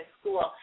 school